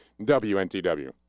WNTW